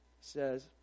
says